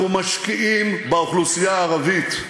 אנחנו משקיעים באוכלוסייה הערבית.